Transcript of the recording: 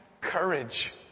courage